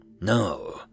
No